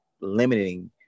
limiting